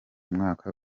mwaka